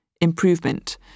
improvement